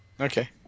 Okay